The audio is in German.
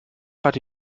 hatte